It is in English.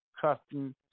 custom